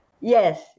Yes